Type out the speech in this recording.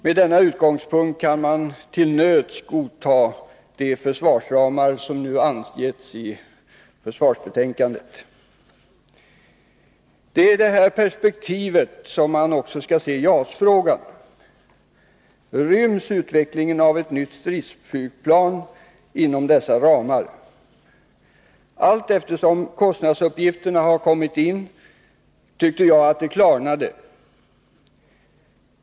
Med detta som utgångspunkt kan man till nöds godta de försvarsramar som nu angetts i försvarsutskottets betänkande. Det är i det perspektivet man också skall se JAS-frågan. Ryms utvecklingen av ett nytt stridsflygplan inom dessa ramar? Allteftersom kostnadsuppgifterna kom in, tyckte jag det klarnade.